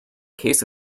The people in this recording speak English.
case